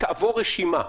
תעבור רשימה.